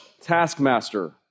taskmaster